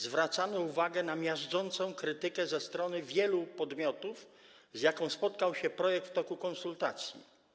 Zwracano uwagę na miażdżącą krytykę ze strony wielu podmiotów, z jaką spotkał się projekt w toku konsultacji.